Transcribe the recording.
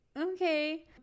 okay